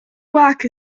work